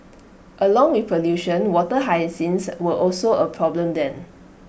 along with pollution water hyacinths were also A problem then